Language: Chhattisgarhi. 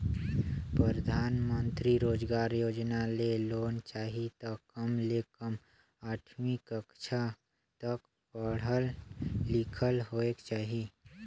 परधानमंतरी रोजगार योजना ले लोन चाही त कम ले कम आठवीं कक्छा तक पढ़ल लिखल होएक चाही